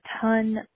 ton